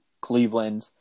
Cleveland